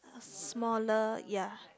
smaller ya